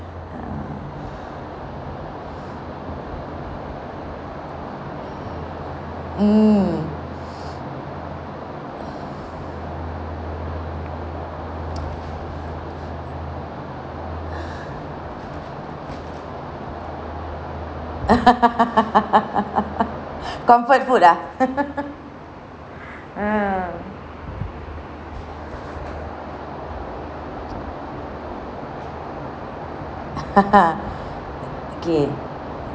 mm comfort food ah okay